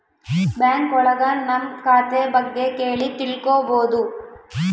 bank ಒಳಗ ನಮ್ ಖಾತೆ ಬಗ್ಗೆ ಕೇಳಿ ತಿಳ್ಕೋಬೋದು